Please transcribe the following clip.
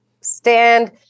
stand